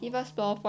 orh